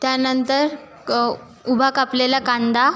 त्यानंतर उभा कापलेला कांदा